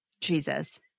Jesus